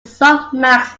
softmax